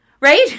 Right